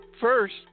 First